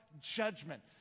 judgment